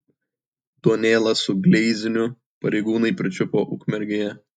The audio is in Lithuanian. duonėlą su gleizniu pareigūnai pričiupo ukmergėje